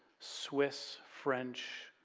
swiss, french,